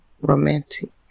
romantic